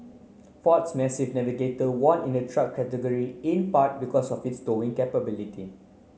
ford's massive Navigator won in the truck category in part because of its towing capability